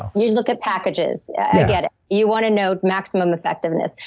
ah you you look at packages. i get it. you want to know maximum effectiveness.